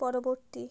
পরবর্তী